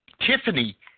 Tiffany